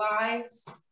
lives